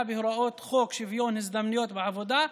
בהוראות חוק שוויון ההזדמנויות בעבודה,